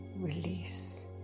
Release